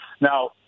Now